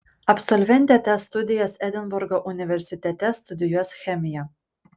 absolventė tęs studijas edinburgo universitete studijuos chemiją